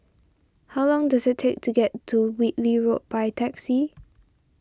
how long does it take to get to Whitley Road by taxi